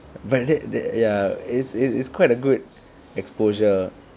but that that ya it's it's quite a good exposure